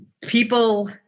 people